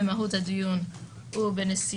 במהות הדיון ובנסיבות